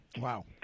Wow